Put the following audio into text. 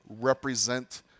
represent